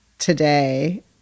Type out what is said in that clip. today